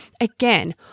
again